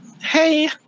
Hey